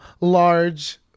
large